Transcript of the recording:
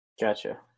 gotcha